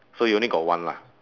so you only got one lah